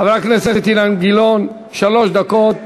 חבר הכנסת אילן גילאון, שלוש דקות.